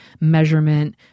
measurement